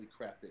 crafted